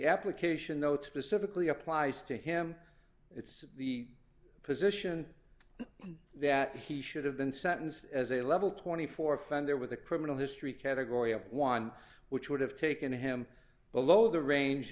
application notes specifically applies to him it's the position that he should have been sentenced as a level twenty four dollars offender with a criminal history category of one which would have taken him below the range